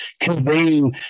conveying